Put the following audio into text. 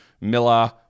Miller